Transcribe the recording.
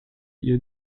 ihr